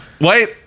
Wait